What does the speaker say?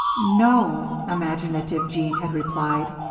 no, imaginative jean had replied.